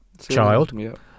child